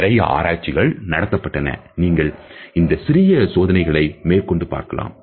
நிறைய ஆராய்ச்சிகள் நடத்தப்பட்டன நீங்கள் இந்த சிறிய சோதனைகளை மேற்கொண்டு பார்க்கலாம்